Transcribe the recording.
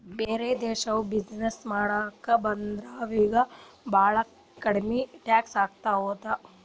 ಬ್ಯಾರೆ ದೇಶನವ್ರು ಬಿಸಿನ್ನೆಸ್ ಮಾಡಾಕ ಬಂದುರ್ ಅವ್ರಿಗ ಭಾಳ ಕಮ್ಮಿ ಟ್ಯಾಕ್ಸ್ ಇರ್ತುದ್